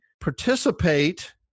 participate